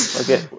Okay